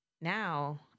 now